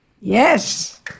Yes